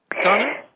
Donna